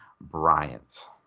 Bryant